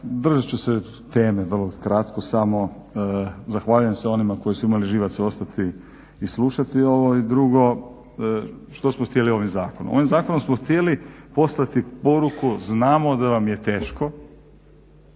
Držat ću se teme, vrlo kratko samo. Zahvaljujem se onima koji su imali živaca ostati i slušati ovo i drugo što smo htjeli s ovim zakonom. Ovim zakonom smo htjeli poslati poruku znamo da vam je teško